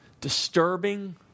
disturbing